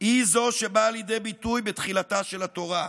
היא זו שבאה לידי ביטוי בתחילתה של התורה.